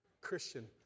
Christian